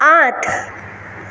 আঠ